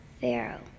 Pharaoh